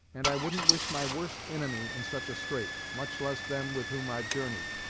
and i wouldn't wish my worst inimy in such a strait, much less them with whom i've journeyed,